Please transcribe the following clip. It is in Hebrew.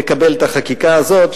לקבל את החקיקה הזאת,